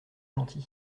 gentil